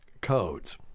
codes